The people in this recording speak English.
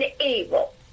evil